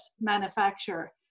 manufacturer